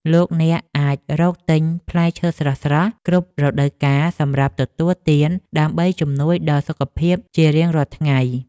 លោកអ្នកអាចរកទិញផ្លែឈើស្រស់ៗគ្រប់រដូវកាលសម្រាប់ទទួលទានដើម្បីជំនួយដល់សុខភាពជារៀងរាល់ថ្ងៃ។